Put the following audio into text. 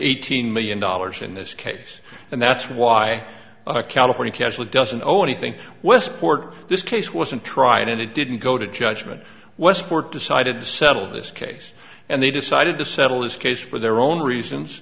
eighteen million dollars in this case and that's why a california catholic doesn't owe anything westport this case wasn't tried and it didn't go to judgment westport decided to settle this case and they decided to settle this case for their own reasons